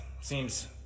Seems